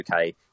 okay